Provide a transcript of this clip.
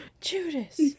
Judas